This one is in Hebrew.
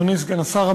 אדוני סגן השר,